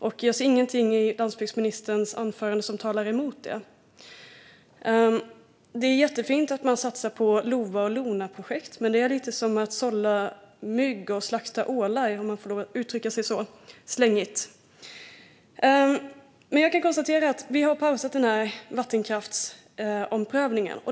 Jag ser ingenting i landsbygdsministerns anförande som talar emot det. Det är jättefint att man satsar på LOVA och LONA, men det är lite som att sålla mygg och slakta ålar, om man får lov att uttrycka sig så slängigt. Jag kan konstatera att vi har pausat vattenkraftsomprövningen.